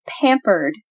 pampered